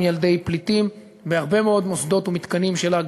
ילדי פליטים בהרבה מאוד מוסדות ומתקנים שלה,